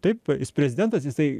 taip jis prezidentas jisai